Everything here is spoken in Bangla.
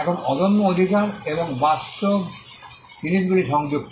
এখন অদম্য অধিকার এবং বাস্তব জিনিসগুলি সংযুক্ত